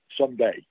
someday